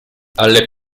alle